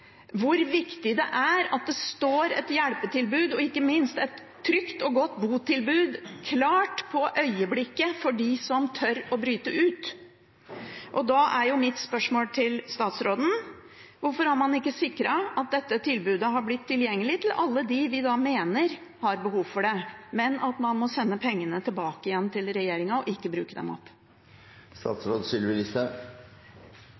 hvor viktig det er at det står et hjelpetilbud og ikke minst et trygt og godt botilbud klart på øyeblikket for dem som tør å bryte ut. Da er mitt spørsmål til statsråden: Hvorfor har man ikke sikret at dette tilbudet har blitt tilgjengelig for alle dem vi mener har behov for det, i stedet for at man må sende pengene tilbake igjen til regjeringen og ikke bruke dem